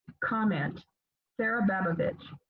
comment sarah babovic.